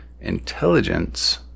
intelligence